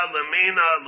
Lamina